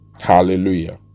hallelujah